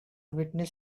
witness